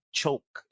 choke